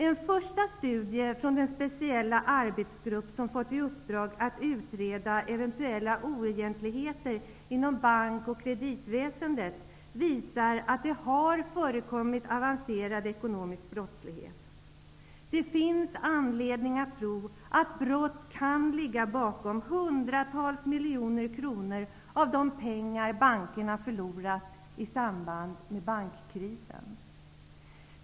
En första studie från den speciella arbetsgrupp som fått i uppdrag att utreda eventuella oegentligheter inom bank och kreditväsendet visar att det har förekommit avancerad ekonomisk brottslighet. Det finns anledning att tro att brott ligger bakom förlusterna. Det gäller hundratals miljoner kronor av de pengar som bankerna förlorat i samband med bankkrisen.